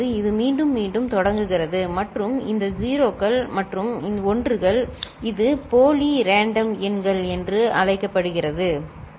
இது மீண்டும் மீண்டும் தொடங்குகிறது மற்றும் இந்த 0 கள் மற்றும் 1 கள் இது போலி ரேண்டம் எண்கள் என்று அழைக்கப்படுகிறது சரி